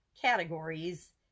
categories